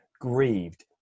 grieved